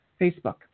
Facebook